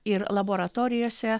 ir laboratorijose